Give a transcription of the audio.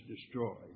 destroyed